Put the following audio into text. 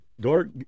Dork